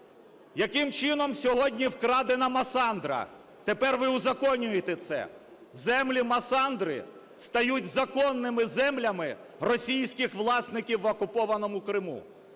Яким чином сьогодні вкрадена "Масандра"? Тепер ви узаконюєте це. Землі "Масандри" стають законними землями російських власників в окупованому Криму.